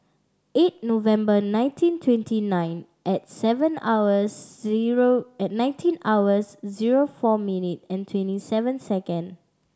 eight November nineteen twenty nine at seven hours zero at nineteen hours zero four minute and twenty seven second